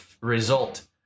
result